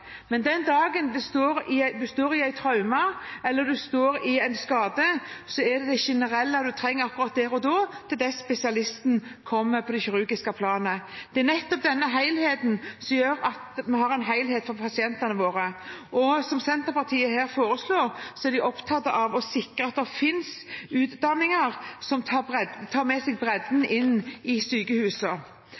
Men den dagen du står i et traume eller du får en skade, er det det generelle du trenger akkurat der og da, til spesialisten på det kirurgiske planet kommer. Det er nettopp denne helheten som gjør at vi har en helhet for pasientene våre, og som Senterpartiet her foreslår, er vi opptatt av å sikre at det finnes utdanninger som tar med seg bredden inn i